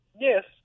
yes